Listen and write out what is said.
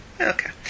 Okay